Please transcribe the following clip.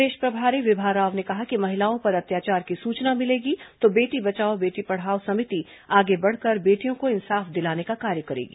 प्रदेश प्रभारी विभा राव ने कहा कि महिलाओं पर अत्याचार की सूचना मिलेगी तो बेटी बचाओ बेटी पढ़ाओ समिति आगे बढ़कर बेटियों को इंसाफ दिलाने का कार्य करेगी